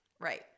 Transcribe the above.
Right